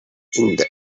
இந்த